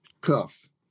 cuff